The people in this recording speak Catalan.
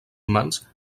humans